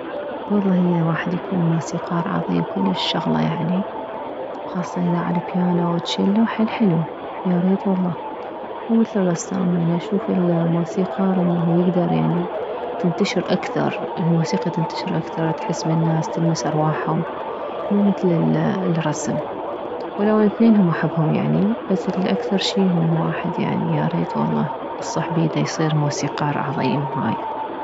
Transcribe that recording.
والله هي واحد يكون موسيقار عظيم كلش شغلة يعني خاصة اذا على البيانو او تشيلو حيل حلو ياريت والله مو مثل الرسام يعني اشوف الموسيقار انه يكدر يعني تنتشر اكثر الموسيقى تنتشر اكثر تحس بالناس تلمس ارواحهم مو مثل الرسم ولو اني ثنينهم احبهم يعني بس الاكثر شي انه الواحد ياريت والله واحد يصح بيده يصير موسيقار عظيم وهاي